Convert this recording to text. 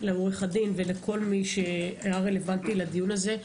ולעורך הדין וכל מי שהיה רלוונטי לדיון הזה.